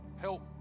help